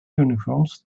uniforms